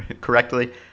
correctly